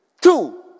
Two